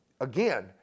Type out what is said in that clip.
again